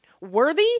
Worthy